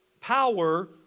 power